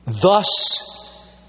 thus